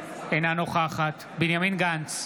אינה נוכחת בנימין גנץ,